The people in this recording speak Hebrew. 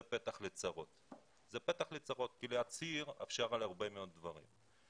זה פתח לצרות כי צריך עכשיו להצהיר עכשיו על הרבה מאוד דברים.